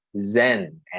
Zen